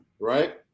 right